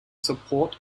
support